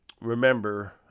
Remember